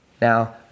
Now